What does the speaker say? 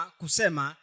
kusema